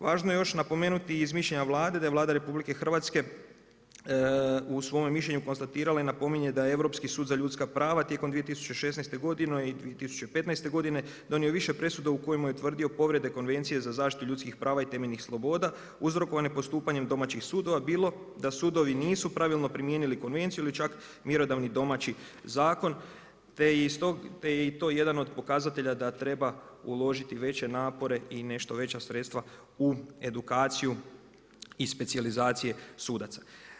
Važno je još napomenuti iz mišljenja Vlade da je Vlada RH u svome mišljenju konstatirala i napominje da Europski sud za ljudska prava tijekom 2016. i 2015. godine donio više presuda u kojima je tvrdio povrede Konvencije za zaštitu ljudskih prava i temeljenih sloboda uzrokovane postupanjem domaćih sudova bilo da sudovi nisu pravilno primijenili konvenciju ili čak mjerodavni domaći zakon te je i to jedan od pokazatelja da treba uložiti veće napore i nešto veća sredstva u edukaciju i specijalizacije sudaca.